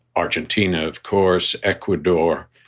argentina, of course, ecuador,